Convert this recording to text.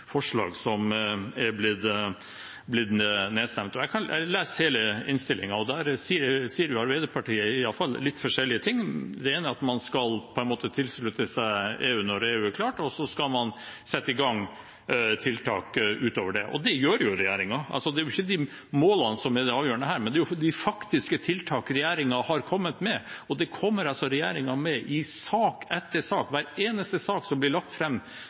forslag som er blitt nedstemt. Jeg leser hele innstillingen, og der sier Arbeiderpartiet i alle fall litt forskjellige ting. Det ene er at man på en måte skal tilslutte seg EU når EU er klart, og man skal sette i gang tiltak utover det – og det gjør regjeringen. Det er ikke målene som er det avgjørende her, men det er de faktiske tiltakene regjeringen har kommet med, og det kommer regjeringen med i sak etter sak. Hver eneste sak som blir lagt